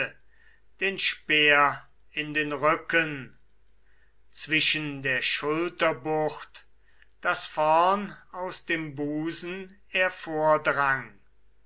den ehernen speer in den rücken zwischen der schulterbucht daß vorn aus dem busen